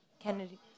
Kennedy